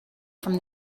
from